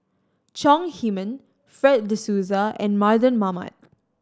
Chong Heman Fred De Souza and Mardan Mamat